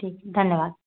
ठीक धन्यवाद